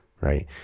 right